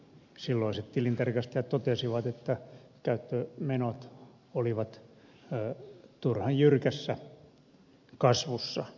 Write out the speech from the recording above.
silloiset tilintarkastajat totesivat että käyttömenot olivat turhan jyrkässä kasvussa